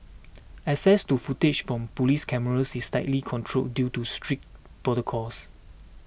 access to footage from police cameras is tightly controlled due to strict protocols